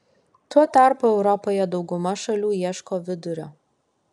tuo tarpu europoje dauguma šalių ieško vidurio